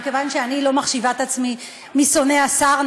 מכיוון שאני לא מחשיבה את עצמי משונאי השר,